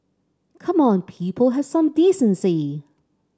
come on people have some decency